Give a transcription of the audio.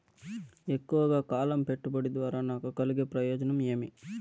ఎక్కువగా కాలం పెట్టుబడి ద్వారా నాకు కలిగే ప్రయోజనం ఏమి?